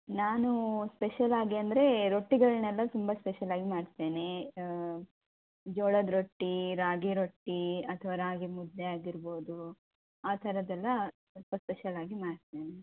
ನಾನು ಸ್ಪೆಷಲ್ ಆಗಿ ಅಂದರೆ ರೊಟ್ಟಿಗಳನ್ನೆಲ್ಲ ತುಂಬಾ ಸ್ಪೆಷಲ್ ಆಗಿ ಮಾಡ್ತೀನಿ ಜೋಳದ ರೊಟ್ಟಿ ರಾಗಿ ರೊಟ್ಟಿ ಅಥವಾ ರಾಗಿ ಮುದ್ದೆ ಆಗಿರ್ಬೋದು ಆ ಥರದ್ದು ಎಲ್ಲಾ ಸ್ವಲ್ಪ ಸ್ಪೆಷಲ್ ಆಗಿ ಮಾಡ್ತೇನೆ